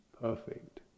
perfect